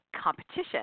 competition